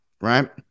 right